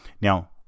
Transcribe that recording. Now